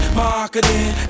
marketing